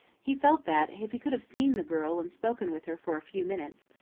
he felt that, if he could have seen the girl and spoken with her for a few minutes,